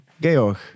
Georg